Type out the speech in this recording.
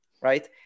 right